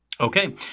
Okay